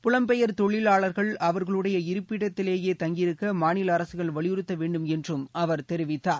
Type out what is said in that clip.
புலம் பெயர் தொழிலளார்கள் அவர்களுடைய இருப்பிடத்திலேயே தங்கியிருக்க மாநில அரககள் வலியுறுத்த வேண்டும் என்று தெரிவித்தார்